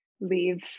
leave